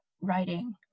writing